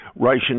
Russian